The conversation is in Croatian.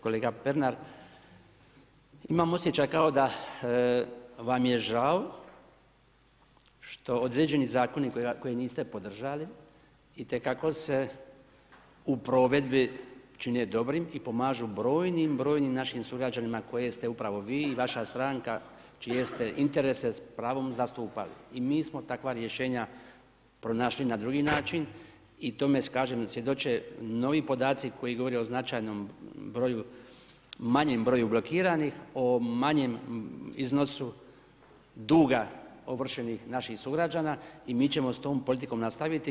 Kolega Pernar, imam osjećaj kao da vam je žao što određeni zakoni koje niste podržali itekako se u provedbi čine dobrim i pomažu brojnim, brojnim našim sugrađanima koje ste upravo vi i vaša stranka čije ste interese s pravom zastupali i mi smo takva rješenja pronašli na drugi način i tome svjedoče novi podaci koji govore o značajnom broju, manjem broju blokiranih, o manjem iznosu duga ovršenih naših sugrađana i mi ćemo s tom politikom nastaviti.